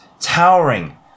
towering